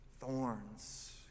thorns